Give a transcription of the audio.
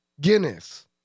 Guinness